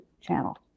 channel